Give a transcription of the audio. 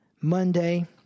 Monday